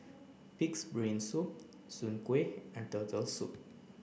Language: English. pig's brain soup soon kueh and turtle soup